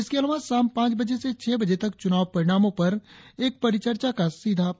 इसके अलावा शाम पांच बजे से छह बजे तक चुनाव परिणामों पर एक परिचर्चा का सीधा प्रसारण होगा